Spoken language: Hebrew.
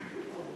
מאחורי.